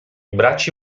bracci